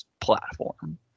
platform